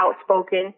outspoken